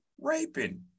raping